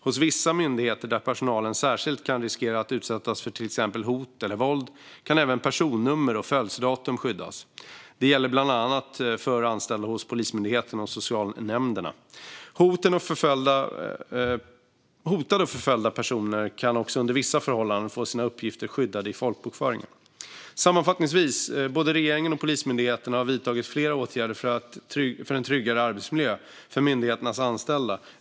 Hos vissa myndigheter där personalen särskilt kan riskera att utsättas för till exempel hot eller våld kan även personnummer och födelsedatum skyddas. Det gäller bland annat för anställda hos Polismyndigheten och socialnämnderna. Hotade och förföljda personer kan också under vissa förhållanden få sina uppgifter skyddade i folkbokföringen. Sammanfattningsvis har både regeringen och Polismyndigheten vidtagit flera åtgärder för en tryggare arbetsmiljö för myndighetens anställda.